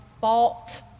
fault